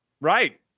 Right